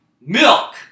MILK